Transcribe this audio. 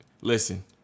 Listen